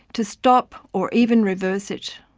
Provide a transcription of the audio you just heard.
to stop or even reverse it.